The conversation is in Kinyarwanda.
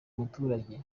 muturage